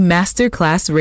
Masterclass